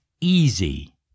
Easy